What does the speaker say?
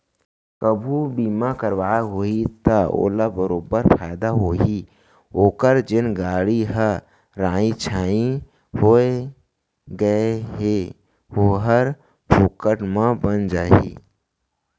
कभू बीमा करवाए होही त ओला बरोबर फायदा होही ओकर जेन गाड़ी ह राइ छाई हो गए हे ओहर फोकट म बन जाही